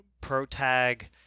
protag